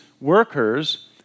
workers